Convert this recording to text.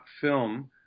film